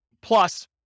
plus